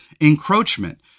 encroachment